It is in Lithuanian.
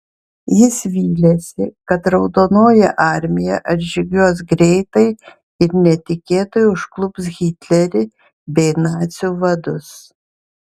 jis vylėsi kad raudonoji armija atžygiuos greitai ir netikėtai užklups hitlerį bei nacių vadus